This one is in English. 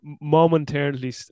momentarily